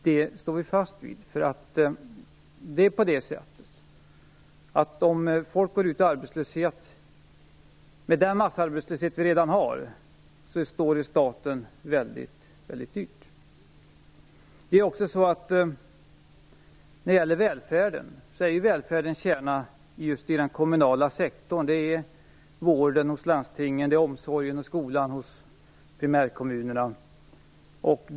Det står vi fast vid, därför att om människor går ut i den massarbetslöshet som vi redan har kommer det att stå staten väldigt dyrt. Välfärdens kärna finns just i den kommunala sektorn - vården hos landstingen, omsorgen och skolan hos primärkommunerna.